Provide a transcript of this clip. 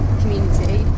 community